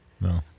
No